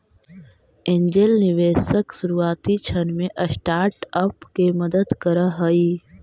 angel निवेशक शुरुआती क्षण में स्टार्टअप के मदद करऽ हइ